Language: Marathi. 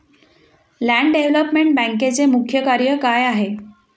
लँड डेव्हलपमेंट बँकेचे मुख्य कार्य काय आहे?